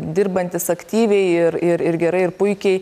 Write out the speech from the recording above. dirbantys aktyviai ir ir ir gerai ir puikiai